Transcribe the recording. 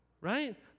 right